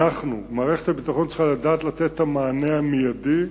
מערכת הביטחון צריכה לדעת לתת את המענה המיידי,